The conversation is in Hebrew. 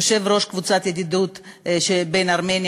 יושב-ראש קבוצת הידידות ארמניה-ישראל,